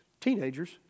Teenagers